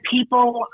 people